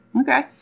Okay